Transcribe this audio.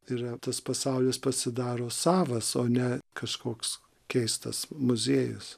tai yra tas pasaulis pasidaro savas o ne kažkoks keistas muziejus